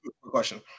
question